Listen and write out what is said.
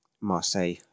Marseille